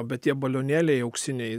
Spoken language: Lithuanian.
bet tie balionėliai auksiniai